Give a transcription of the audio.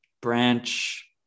branch